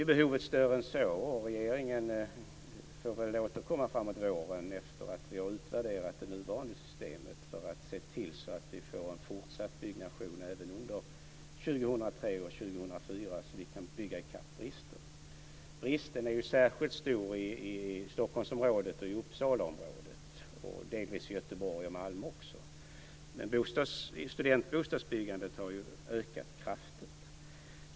Blir behovet större än så får väl regeringen återkomma framåt våren efter att man har utvärderat det nuvarande systemet för att se till att det blir en fortsatt byggnation även under 2003 och 2004, så att vi kan bygga i kapp bristen. Bristen är särskilt stor i Stockholmsområdet och i Uppsalaområdet och delvis även i Göteborg och Malmö. Men byggandet av studentbostäder har ju ökat kraftigt.